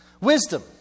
Wisdom